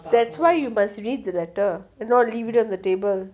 that's why you must read the letter and not leave it on the table